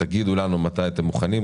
ותגידו לנו מתי אתם מוכנים,